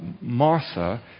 Martha